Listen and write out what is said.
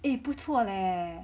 诶不错嘞